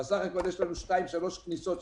סך הכול יש לנו שתיים-שלוש כניסות,